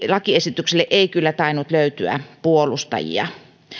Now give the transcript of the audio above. lakiesitykselle ei kyllä tainnut löytyä puolustajia